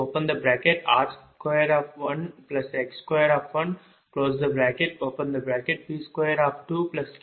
5| V1|22 r21x21P22Q2212 P2r1Q2x1 0